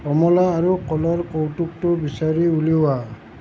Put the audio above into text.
কমলা আৰু কলৰ কৌতুকটো বিচাৰি উলিওৱা